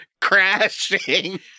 crashing